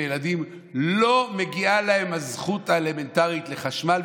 נשים וילדים, לא מגיעה להם הזכות האלמנטרית לחשמל.